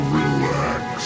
relax